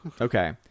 Okay